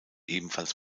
ebenfalls